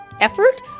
effort